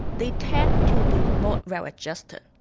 they tend to be more well-adjusted.